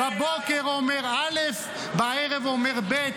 בבוקר אומר א', בערב אומר ב'.